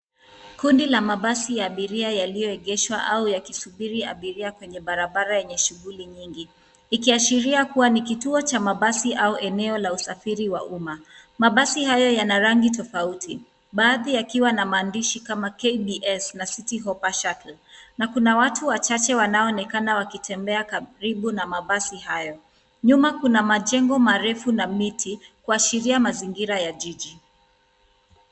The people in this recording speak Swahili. Kundi la mabasi ya abiria yaliyoegeshwa au yakisubiri abiria kwenye barabara yenye shughuli nyingi, ikiashiria kuwa ni kituo cha mabasi au eneo la usafiri wa umma. Mabasi hayo yana rangi tofauti, baadhi yakiwa na maandishi kama KDS na Citi Hoppa Shuttle na kuna watu wachache wanaoonekana wakitembea karibu na mabasi hayo. Nyuma kuna majengo marefu na miti, kuashiria mazingira ya jiji.